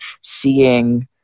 seeing